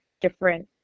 different